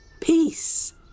peace